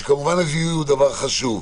כשכמובן הזיהוי הוא דבר חשוב.